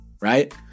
Right